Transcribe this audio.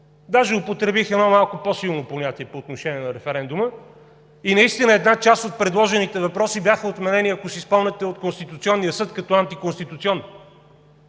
дори употребих едно малко по-силно понятие по отношение на референдума и наистина една част от предложените въпроси бяха отменени от Конституционния съд, ако си спомняте, като антиконституционни.